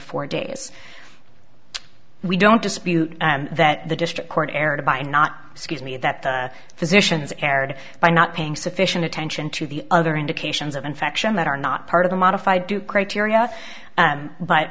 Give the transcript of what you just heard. four days we don't dispute that the district court erred by not scuse me that the physicians erred by not paying sufficient attention to the other indications of infection that are not part of the modified due criteria and but